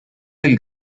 del